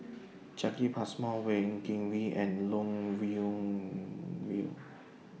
Jacki Passmore Wee Kim Wee and Lee Wung Yew